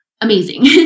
Amazing